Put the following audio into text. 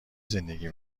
زندگی